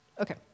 Okay